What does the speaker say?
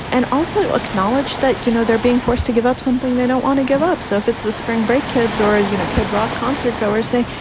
and also acknowledged that, you know, they're being forced to give up something they don't want to give up. so if it's the spring break, kids are, ah you know, a kid rock concert goers say,